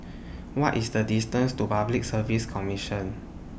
What IS The distance to Public Service Commission